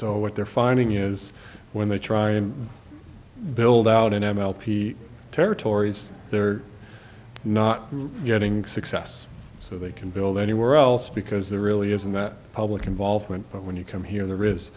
so what they're finding is when they try and build out an m l p territories they're not getting success so they can build anywhere else because there really isn't that public involvement but when you come here there is